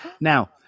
now